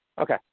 Okay